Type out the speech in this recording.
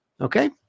Okay